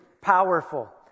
powerful